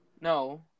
No